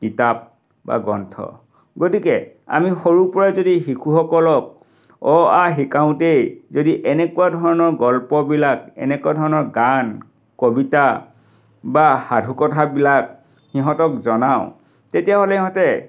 কিতাপ বা গ্ৰন্থ গতিকে আমি সৰুৰ পৰাই যদি শিশুসকলক অ আ শিকাওঁতেই যদি এনেকুৱা ধৰণৰ গল্পবিলাক এনেকুৱা ধৰণৰ গান কবিতা বা সাধুকথাবিলাক সিহঁতক জনাওঁ তেতিয়া হ'লে সিহঁতে